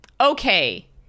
okay